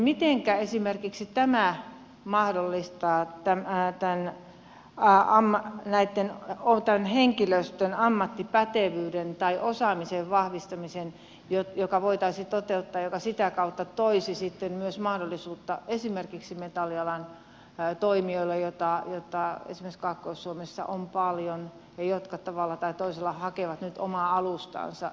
mitenkä esimerkiksi tämä mahdollistaa tämän henkilöstön ammattipätevyyden tai osaamisen vahvistamisen joka voitaisiin toteuttaa joka sitä kautta toisi sitten myös mahdollisuutta esimerkiksi metallialan toimijoille joita kaakkois suomessa on paljon ja jotka tavalla tai toisella hakevat nyt omaa alustaansa